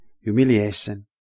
humiliation